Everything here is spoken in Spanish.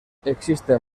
existen